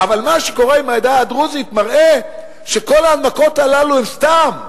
אבל מה שקורה עם העדה הדרוזית מראה שכל ההנמקות הללו הן סתם,